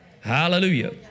Hallelujah